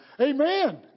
Amen